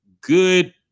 good